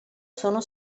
sono